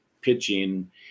pitching